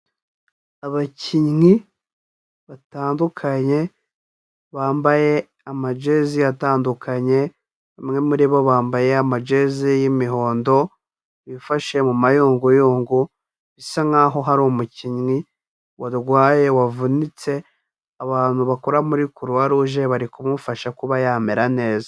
Abakinnyi batandukanye bambaye amajezi atandukanye, bamwe muri bo bambaye amajeze y'imihondo, bifashe mu mayunguyungu bisa nk'aho hari umukinnyi warwaye wavunitse, abantu bakora muri croix rouge bari kumufasha kuba yamera neza.